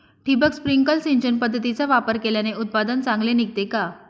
ठिबक, स्प्रिंकल सिंचन पद्धतीचा वापर केल्याने उत्पादन चांगले निघते का?